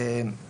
הייתה,